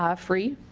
ah free.